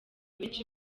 benshi